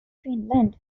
finland